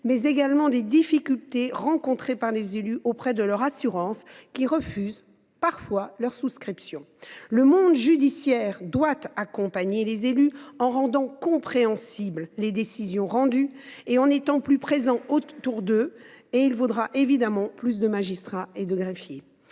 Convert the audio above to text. mais également sur les difficultés rencontrées par les élus auprès de leur assurance, qui leur oppose parfois des refus de souscription. Le monde judiciaire doit accompagner les élus, en rendant compréhensibles les décisions rendues et en renforçant davantage sa présence. Pour ce faire, il faudra évidemment plus de magistrats et de greffiers.